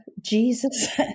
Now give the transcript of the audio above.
Jesus